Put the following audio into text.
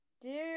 dude